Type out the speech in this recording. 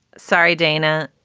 sorry, dana.